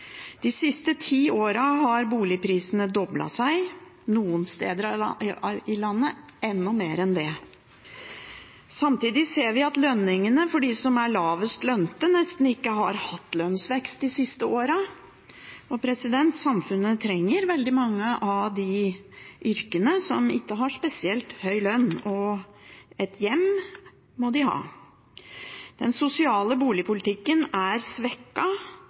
De siste ti årene har boligprisene doblet seg, noen steder i landet enda mer enn det. Samtidig ser vi at de som er lavest lønte, nesten ikke har hatt lønnsvekst de siste årene. Samfunnet trenger veldig mange av de yrkene der det ikke er spesielt høy lønn, og et hjem må man ha. Den sosiale boligpolitikken er